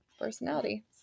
personality